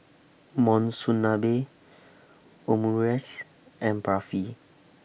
Monsunabe Omurice and Barfi